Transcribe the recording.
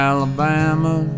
Alabama